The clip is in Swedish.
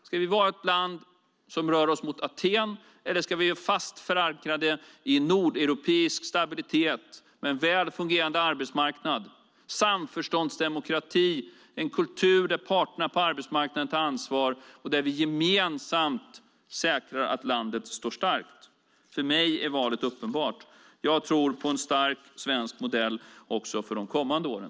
Ska vi vara ett land som rör oss mot Aten eller ska vi vara fast förankrade i nordeuropeisk stabilitet, med en väl fungerande arbetsmarknad, samförståndsdemokrati och en kultur där parterna på arbetsmarknaden tar ansvar och där vi gemensamt säkrar att landet står starkt? För mig är valet uppenbart. Jag tror på en stark svensk modell också för de kommande åren.